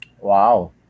Wow